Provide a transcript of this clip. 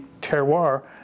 terroir